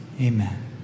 Amen